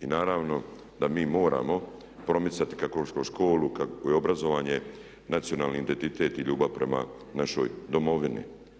I naravno da mi moramo promicati …/Govornik se ne razumije./… školu, obrazovanje, nacionalni identitet i ljubav prema našoj Domovini.